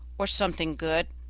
or something good,